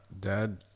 dad